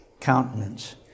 countenance